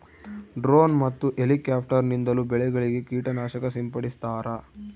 drone ಮತ್ತು helicopter ನಿಂದಲೂ ಬೆಳೆಗಳಿಗೆ ಕೀಟ ನಾಶಕ ಸಿಂಪಡಿಸ್ತಾರ